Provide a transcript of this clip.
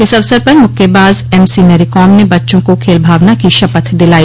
इस अवसर पर मुक्केबाज एम सी मैरीकॉम ने बच्चों को खेल भावना की शपथ दिलाई